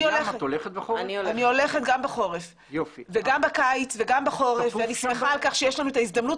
אני הולכת גם בחורף וגם בקיץ ואני שמחה על כך שיש לנו את ההזדמנות